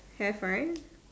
have right